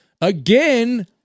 again